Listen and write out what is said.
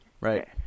Right